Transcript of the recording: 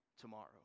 tomorrow